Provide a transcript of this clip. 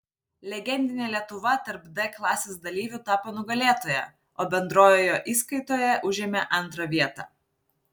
legendinė lietuva tarp d klasės dalyvių tapo nugalėtoja o bendrojoje įskaitoje užėmė antrą vietą